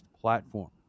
platform